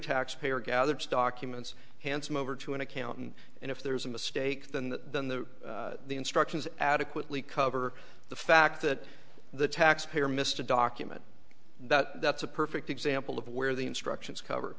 taxpayer gathers documents handsome over to an accountant and if there is a mistake than that then the instructions adequately cover the fact that the tax payer missed a document that that's a perfect example of where the instructions cover